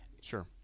Sure